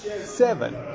seven